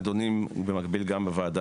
נידונים גם במקביל בוועדה,